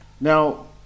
Now